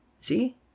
See